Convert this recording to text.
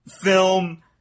film